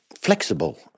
flexible